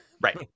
Right